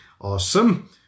Awesome